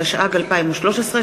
התשע"ג 2013,